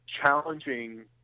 challenging